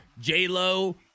J-Lo